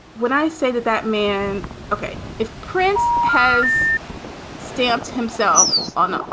when i say that that man ok, if prince has stamped himself on,